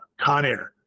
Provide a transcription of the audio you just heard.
Conair